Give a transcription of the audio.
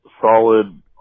solid